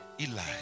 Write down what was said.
Eli